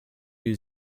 new